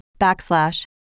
backslash